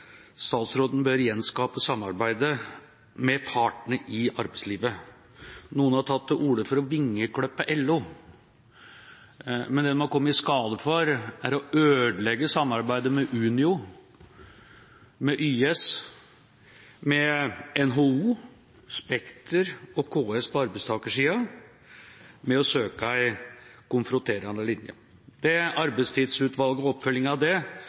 Statsråden bør gjenskape samarbeidet med partene i arbeidslivet. Noen har tatt til orde for å vingeklippe LO, men det de har kommet i skade for, er å ødelegge samarbeidet med Unio, med YS, med NHO, med Spekter og med KS på arbeidstakersida med å søke en konfronterende linje. Arbeidstidsutvalget og oppfølginga av det